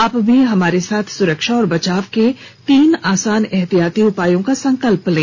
आप भी हमारे साथ सुरक्षा और बचाव के तीन आसान एहतियाती उपायों का संकल्प लें